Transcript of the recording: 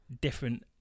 different